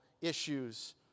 issues